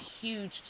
huge